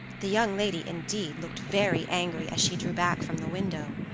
the young lady, indeed, looked very angry as she drew back from the window.